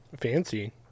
fancy